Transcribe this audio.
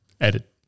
Edit